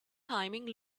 timing